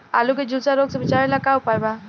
आलू के झुलसा रोग से बचाव ला का उपाय बा?